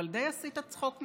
אבל די עשית צחוק מעצמך.